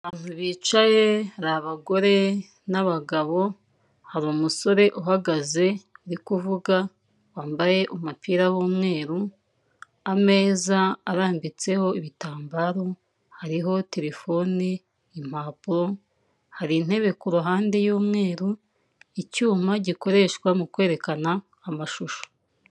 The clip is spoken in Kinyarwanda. Abantu bicaye abagore n'abagabo, hari umusore uhagaze ari kuvuga wambaye umupira w'umweru, ameza arambitseho ibitambaro hariho terefone, impapuro, hari intebe ku ruhande y.umweru, icyuma gikoreshwa mu kwerekana amashusho.